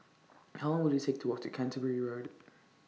How Long Will IT Take to Walk to Canterbury Road